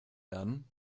lernen